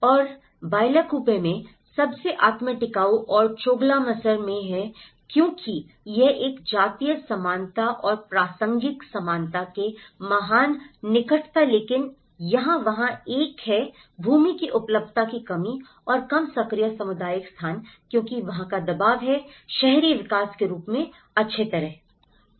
और बाइलाकुप्पे में सबसे आत्म टिकाऊ और चोगलामसर भी है क्योंकि यह एक है जातीय समानता और प्रासंगिक समानता के महान निकटता लेकिन यहाँ वहाँ एक है भूमि की उपलब्धता की कमी और कम सक्रिय सामुदायिक स्थान क्योंकि वहाँ का दबाव है शहरी विकास के रूप में अच्छी तरह से